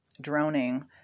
droning